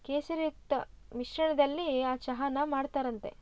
ಕೇಸರಿಯುಕ್ತ ಮಿಶ್ರಣದಲ್ಲಿ ಆ ಚಹಾನ ಮಾಡ್ತಾರಂತೆ